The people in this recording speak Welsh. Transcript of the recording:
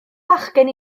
bachgen